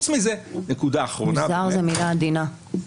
מוזר זאת מילה עדינה.